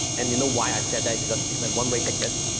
and you know why i said that, because it's a one-way ticket,